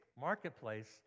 marketplace